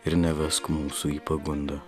ir nevesk mūsų į pagundą